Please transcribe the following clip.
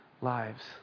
lives